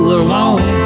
alone